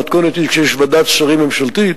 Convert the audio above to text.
המתכונת היא שיש ועדת שרים ממשלתית